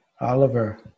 Oliver